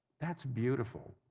that's beautiful.